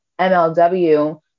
MLW